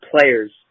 players